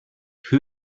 who